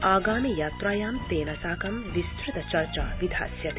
आगामि यात्रायां तेन साकं विस्तृत चर्चा विधास्यते